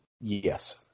Yes